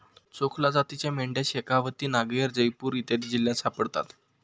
चोकला जातीच्या मेंढ्या शेखावती, नागैर, जयपूर इत्यादी जिल्ह्यांत सापडतात